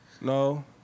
No